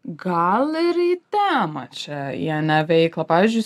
gal ir į temą čia jie ne veiklą pavyzdžiui